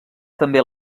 també